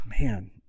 man